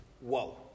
whoa